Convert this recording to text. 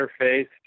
interface